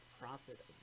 profit